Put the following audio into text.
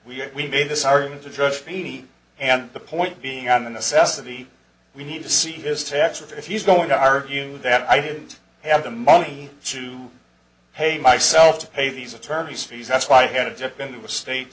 we made this argument to judge feeney and the point being on the necessity we need to see this tax or if he's going to argue that i didn't have the money to pay myself to pay these attorneys fees that's why i had to dip into a state